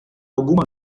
alguma